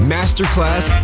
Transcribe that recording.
Masterclass